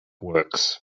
works